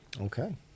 Okay